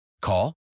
Call